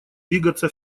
двигаться